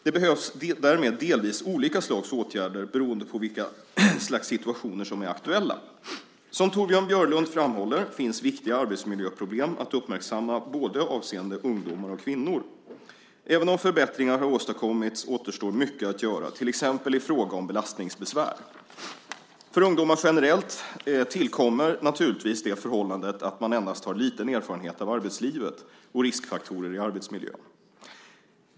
Det behövs därmed delvis olika slags åtgärder beroende på vilka slags situationer som är aktuella. Som Torbjörn Björlund framhåller finns viktiga arbetsmiljöproblem att uppmärksamma avseende både ungdomar och kvinnor. Även om förbättringar har åstadkommits återstår mycket att göra, till exempel i fråga om belastningsbesvär. För ungdomar generellt tillkommer naturligtvis det förhållandet att man endast har liten erfarenhet av arbetslivet och riskfaktorer i arbetsmiljön.